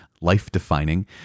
life-defining